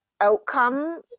outcome